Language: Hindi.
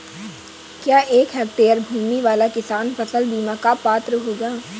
क्या एक हेक्टेयर भूमि वाला किसान फसल बीमा का पात्र होगा?